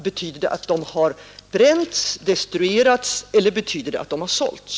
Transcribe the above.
Betyder det att de har bränts, att de har destruerats eller att de har sålts?